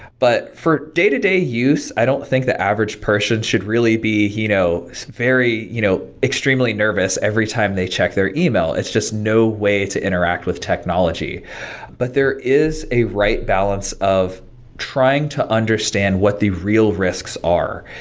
but for day-to-day use, i don't think the average person should really be you know very you know extremely nervous every time they check their yeah e-mail. it's just no way to interact with technology but there is a right balance of trying to understand what the real risks are.